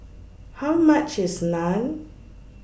How much IS Naan